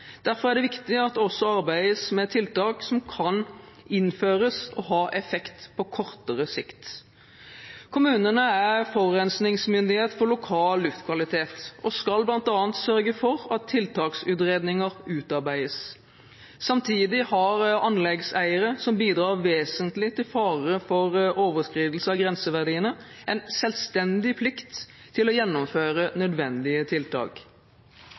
Derfor er det viktig at det også arbeides med tiltak som kan innføres og ha effekt på kortere sikt. Kommunene er forurensningsmyndighet for lokal luftkvalitet og skal bl.a. sørge for at tiltaksutredninger utarbeides. Samtidig har anleggseiere som bidrar vesentlig til fare for overskridelse av grenseverdiene, en selvstendig plikt til å gjennomføre nødvendige tiltak.